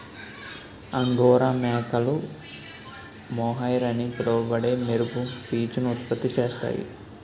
angora మేకలు mohair అని పిలువబడే మెరుపు పీచును ఉత్పత్తి చేస్తాయి